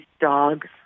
dogs